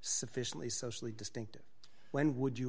sufficiently socially distinctive when would you